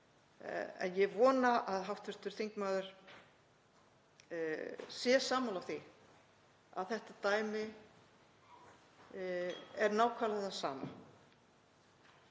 En ég vona að hv. þingmaður sé sammála því að þetta dæmi er nákvæmlega það sama